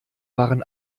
waren